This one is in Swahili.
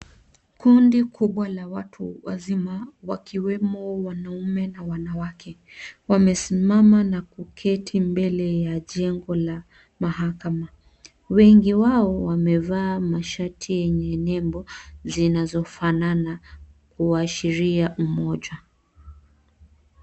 Kundi kubwa la watu wazima wakiwemo wanaume na wanawake, wamesimama na kuketi mbele ya jengo la mahakama, wengi wao wamevaa mashati yenye nembo, zinazofanana kuashiria umoja.